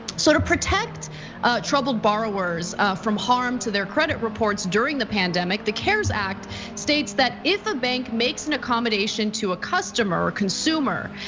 so to protect troubled borrowers from harm to their credit reports during the pandemic, the cares act states that if a bank makes an accommodation to a customer, or consumer,